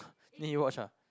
then you watch ah